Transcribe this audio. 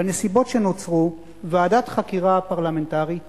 בנסיבות שנוצרו ועדת חקירה פרלמנטרית